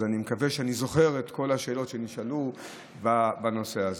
אז אני מקווה שאני זוכר את כל השאלות שנשאלו בנושא הזה.